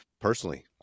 personally